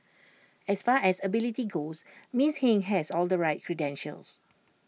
as far as ability goes miss Hing has all the right credentials